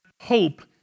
hope